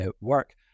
work